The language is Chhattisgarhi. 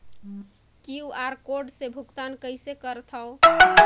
क्यू.आर कोड से भुगतान कइसे करथव?